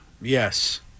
Yes